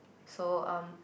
so um